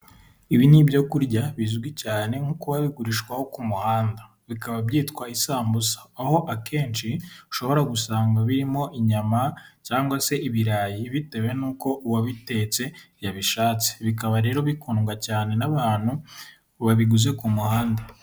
Ibi ni ibyo kurya bizwi cyane nko kuba bigurishwaho ku muhanda, bikaba byitwaye isambusa, aho akenshi ushobora gusanga birimo inyama cyangwa se ibirayi bitewe n'uko uwabitetse yabishatse, bikaba rero bikundwa cyane n'abantu babiguze ku muhanda.